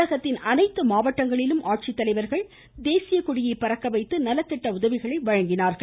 தமிழகத்தின் அனைத்து மாவட்டங்களிலும் ஆட்சித்தலைவர்கள் தேசியக்கொடியை பறக்கவைத்து நலத்திட்ட உதவிகளை வழங்கினர்